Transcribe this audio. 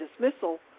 dismissal